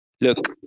look